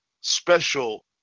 special